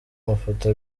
mafoto